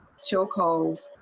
still calls.